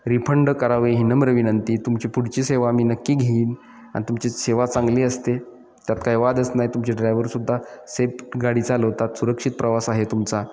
refund करावे ही नम्र विनंती तुमची पुढची सेवा मी नक्की घेईन आणि तुमची सेवा चांगली असते त्यात काय वादच नाही तुमचे ड्रायवरसुद्धा सेफ गाडी चालवतात सुरक्षित प्रवास आहे तुमचा